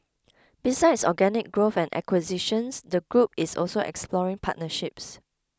besides organic growth and acquisitions the group is also exploring partnerships